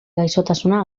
gaixotasuna